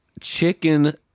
chicken